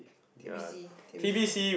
T_B_C T_B_C